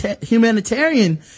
humanitarian